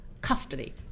custody